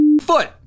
foot